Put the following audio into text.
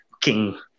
king